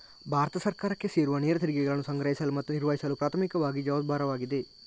ಭಾರತ ಸರ್ಕಾರಕ್ಕೆ ಸೇರುವನೇರ ತೆರಿಗೆಗಳನ್ನು ಸಂಗ್ರಹಿಸಲು ಮತ್ತು ನಿರ್ವಹಿಸಲು ಪ್ರಾಥಮಿಕವಾಗಿ ಜವಾಬ್ದಾರವಾಗಿದೆ